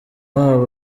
wabo